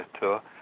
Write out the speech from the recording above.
tour